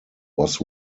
was